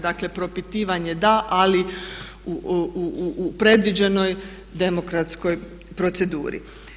Dakle, propitivanje da ali u predviđenoj demokratskoj proceduri.